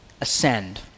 ascend